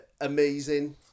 amazing